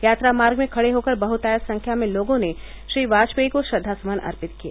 यात्रा मार्ग में खड़े होकर बहतायत संख्या में लोगों ने श्री वाजपेयी को श्रद्दासुमन अर्पित किए